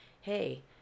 hey